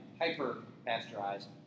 hyper-pasteurized